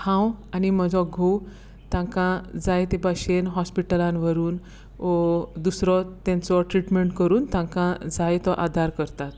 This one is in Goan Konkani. हांव आनी म्होजो घोव तांकां जाय ते बाशेन हॉस्पिटलान व्हरून वो दुसरो तेंचो ट्रिटमेंट करून तांकां जायतो आदार करतात